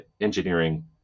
engineering